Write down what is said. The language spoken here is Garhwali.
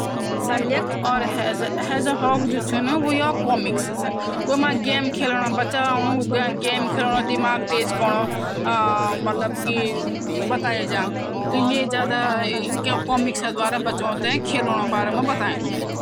हां, ताकत बढ़ोंन का खातिर कई चीजें छ। जन की दूध, दही, अंडा, अखरोट, मूँग दाल, हरी सब्जियां जन पालक, सरसों और मेथी ताकत देणी वाली हो दी छ। साथ ही शहद भी ऊर्जा का अच्छा स्रोत छ। इसके अलावा, गेहूं और चने जैसे अनाज भी शरीर की ताकत बढ़ाने में मदद करदा छ। इन खाद्य पदार्थों से शरीर को जरूरी पोषण मिलदु छ और ताकत मालदी छ।